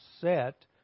Set